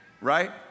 right